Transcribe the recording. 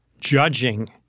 judging